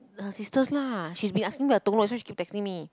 her sisters lah she's been asking so she keep texting me